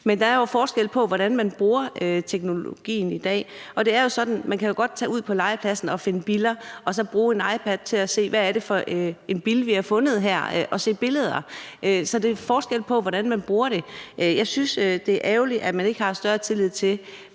Der er jo forskel på, hvordan man bruger teknologien i dag, og det er sådan, at man godt kan tage ud på legepladsen og finde biller og så bruge en iPad til at se, hvad det er for en bille, man har fundet her, og se billeder. Så der er forskel på, hvordan man bruger det. Jeg synes, det er ærgerligt, at man ikke har større tillid til,